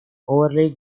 overly